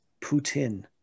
Putin